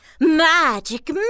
Magic